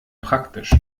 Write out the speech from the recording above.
praktisch